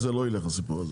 זה לא יילך הסיפור הזה.